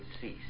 cease